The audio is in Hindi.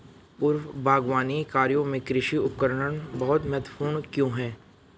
पूर्व बागवानी कार्यों में कृषि उपकरण बहुत महत्वपूर्ण क्यों है?